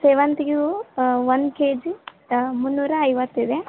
ಸೇವಂತಿಗೆ ಹೂವು ಒಂದು ಕೆ ಜಿ ಮುನ್ನೂರ ಐವತ್ತು ಇದೆ